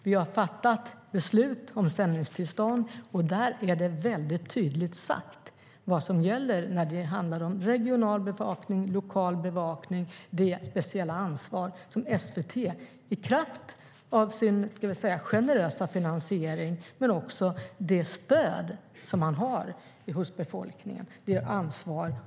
Vi har fattat beslut om sändningstillstånd, och där sägs tydligt vad som gäller för regional och lokal bevakning och det speciella ansvar och uppdrag som SVT har i kraft av sin generösa finansiering och det stöd man har hos befolkningen.